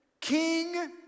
King